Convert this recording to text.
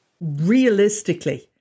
Realistically